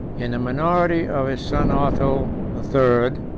in the minority of his son otho the third,